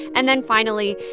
and then, finally,